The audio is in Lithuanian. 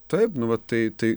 taip nu va tai tai